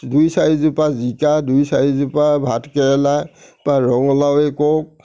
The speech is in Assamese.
দুই চাৰিজোপা জিকা দুই চাৰি জোপা ভাত কেৰেলা বা ৰঙালাওৱে কওক